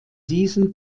diesem